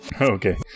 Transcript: Okay